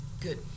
good